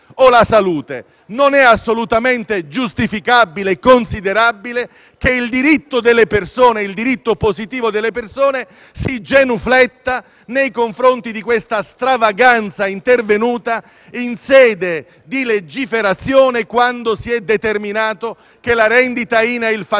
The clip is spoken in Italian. Non è assolutamente giustificabile e considerabile che il diritto positivo delle persone si genufletta nei confronti di una siffatta stravaganza intervenuta in sede di legiferazione, quando si è determinato che la rendita INAIL facesse